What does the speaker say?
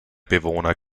bewohner